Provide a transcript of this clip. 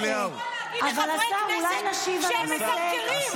שהם מקרקרים.